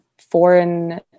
foreign